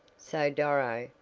so, doro,